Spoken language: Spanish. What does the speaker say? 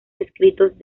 escritos